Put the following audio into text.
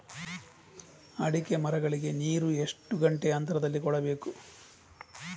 ಅಡಿಕೆ ಮರಗಳಿಗೆ ನೀರು ಎಷ್ಟು ಗಂಟೆಯ ಅಂತರದಲಿ ಕೊಡಬೇಕು?